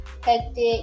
hectic